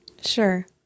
Sure